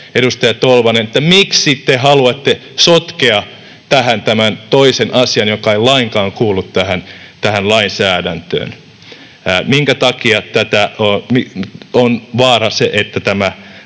edustaja Tolvanen, että miksi te haluatte sotkea tähän tämän toisen asian, joka ei lainkaan kuulu tähän lainsäädäntöön, minkä takia on vaarana se, että tämä